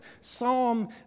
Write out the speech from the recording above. psalm